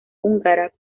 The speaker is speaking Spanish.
húngara